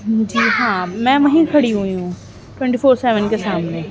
جی ہاں میں وہیں کھڑی ہوئی ہوں ٹوئنی فور سیون کے سامنے